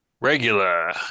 Regular